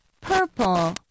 purple